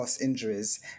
injuries